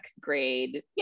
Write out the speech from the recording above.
grade